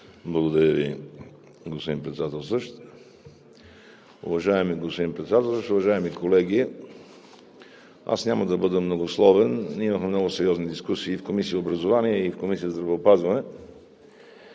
Благодаря Ви, господин Председател. Уважаеми господин Председател, уважаеми колеги! Аз няма да бъда многословен. Имахме много сериозни дискусии в Комисията по образованието и в Комисията по здравеопазването.